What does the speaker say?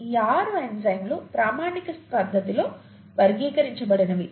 ఈ ఆరు ఎంజైమ్లు ప్రామాణిక పద్ధతిలో వర్గీకరించబడినవి